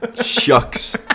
shucks